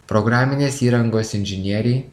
programinės įrangos inžinieriai